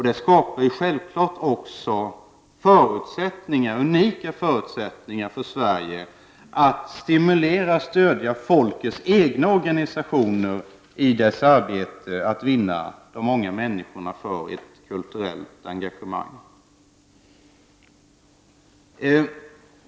Detta skapar självfallet unika förutsättningar för Sverige att stimulera och stödja folkets egna organisationer i deras arbete att vinna de många människorna för ett kulturellt engagemang.